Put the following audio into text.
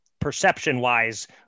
perception-wise